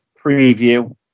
preview